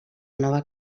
nova